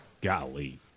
Golly